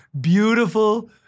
beautiful